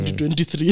2023